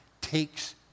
takes